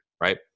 right